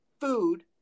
food